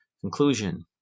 conclusion